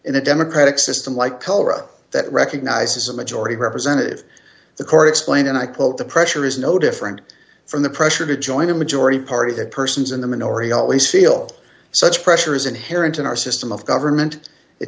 in a democratic system like colorado that recognizes a majority representative the court explained and i quote the pressure is no different from the pressure to join a majority party that persons in the minority always feel such pressure is inherent in our system of government it